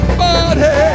body